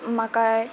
मकइ